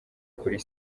kuri